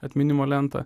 atminimo lentą